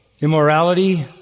immorality